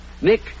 Nick